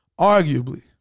arguably